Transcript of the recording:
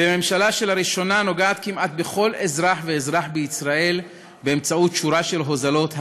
וממשלה שלראשונה נוגעת כמעט בכל אזרח ואזרח בישראל בשורה של הוזלות,